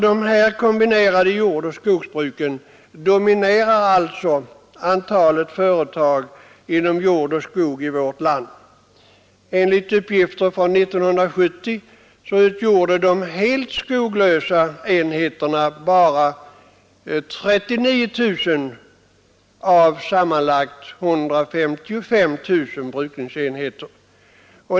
De här kombinerade jordoch skogsbruken dominerar alltså antalet företag på jordoch skogsbrukets område i vårt land. Enligt uppgifter från 1970 utgjorde de helt skoglösa enheterna bara 39 000 av sammanlagt 155 000 brukningsenheter.